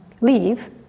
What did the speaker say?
leave